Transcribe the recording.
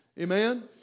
Amen